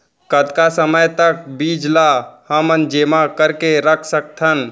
कतका समय तक बीज ला हमन जेमा करके रख सकथन?